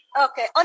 Okay